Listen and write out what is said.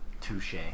Touche